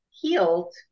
healed